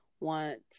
want